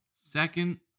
Second